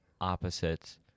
opposites